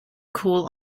call